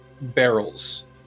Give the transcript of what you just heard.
barrels